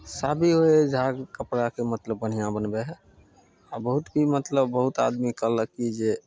साफ ही होइ हइ झाग कपड़ाके मतलब बढ़िआँ बनबय हइ आओर बहुत की मतलब बहुत आदमी कहलक की जे